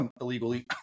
illegally